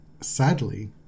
sadly